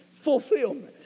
fulfillment